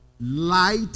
light